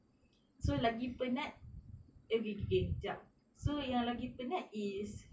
so lagi penat ag~ again jap so yang lagi penat is